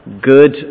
good